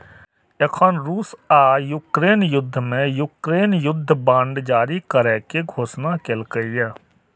एखन रूस आ यूक्रेन युद्ध मे यूक्रेन युद्ध बांड जारी करै के घोषणा केलकैए